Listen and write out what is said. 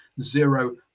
zero